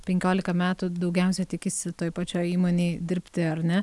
penkiolika metų daugiausia tikisi toj pačioj įmonėj dirbti ar ne